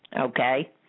Okay